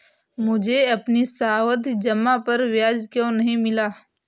मुझे अपनी सावधि जमा पर ब्याज क्यो नहीं मिला?